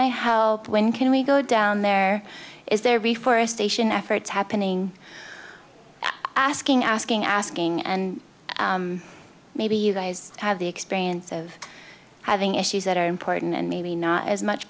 hope when can we go down there is there reforestation efforts happening asking asking asking and maybe you guys have the experience of having issues that are important and maybe not as much